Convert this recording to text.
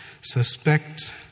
Suspect